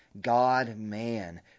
God-man